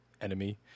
enemy